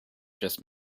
just